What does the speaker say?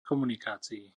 komunikácií